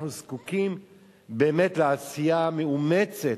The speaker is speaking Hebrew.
אנחנו זקוקים לעשייה באמת מאומצת